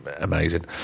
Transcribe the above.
amazing